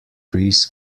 trees